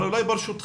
אבל אולי ברשותכם,